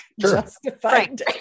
justified